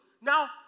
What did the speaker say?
Now